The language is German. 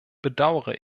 bedaure